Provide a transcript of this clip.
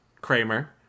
Kramer